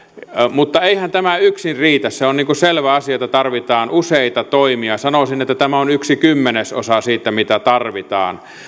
mutta eihän tämä yksin riitä se on selvä asia että tarvitaan useita toimia sanoisin että tämä on yksi kymmenesosa siitä mitä tarvitaan